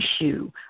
issue